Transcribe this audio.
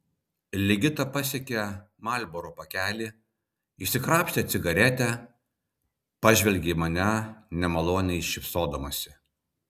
ligita pasiekė marlboro pakelį išsikrapštė cigaretę pažvelgė į mane nemaloniai šypsodamasi